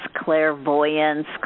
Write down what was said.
clairvoyance